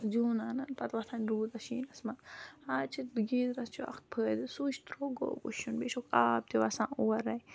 زیُن اَنَن پَتہٕ وۄتھَن روٗدَس شیٖنَس منٛز آز چھِ گیٖزرَس چھُ اَکھ فٲیِدٕ سُچ ترٛوو گوٚو وُشُن بیٚیہِ چھُکھ آب تہِ وَسان اورَے